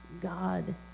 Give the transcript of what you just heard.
god